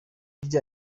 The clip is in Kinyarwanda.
burya